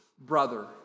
Brother